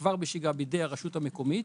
בידי הרשות המקומית,